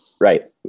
Right